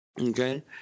Okay